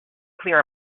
clear